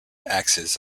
axes